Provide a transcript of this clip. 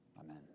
Amen